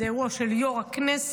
זה אירוע של יו"ר הכנסת.